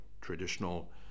traditional